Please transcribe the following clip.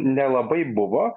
nelabai buvo